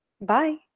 Bye